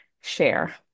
share